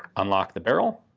unlock the barrel,